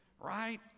Right